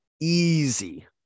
easy